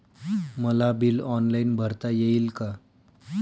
मला bill online भरता येईल का?